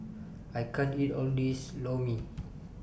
I can't eat All of This Lor Mee